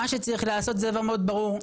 מה שצריך לעשות זה דבר מאוד ברור,